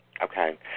Okay